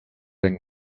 than